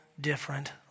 different